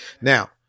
now